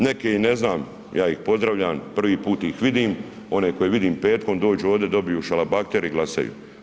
Neke i ne znam, ja ih pozdravljam, prvi put ih vidim one koje vidim petkom dođu ovdje dobiju šalabahter i glasaju.